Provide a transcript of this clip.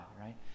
right